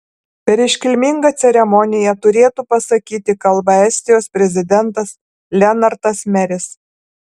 per iškilmingą ceremoniją turėtų pasakyti kalbą estijos prezidentas lenartas meris